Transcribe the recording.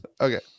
Okay